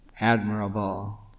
admirable